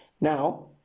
Now